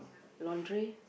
laundry